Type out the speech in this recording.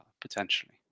potentially